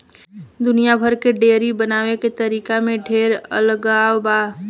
दुनिया भर के डेयरी बनावे के तरीका में ढेर अलगाव बा